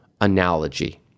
analogy